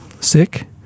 sick